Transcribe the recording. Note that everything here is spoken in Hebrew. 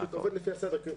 אני עובד לפי הסדר.